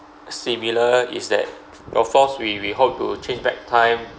similar is that of course we we hope to chase back time